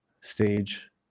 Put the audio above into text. Stage